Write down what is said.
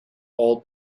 all